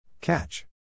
Catch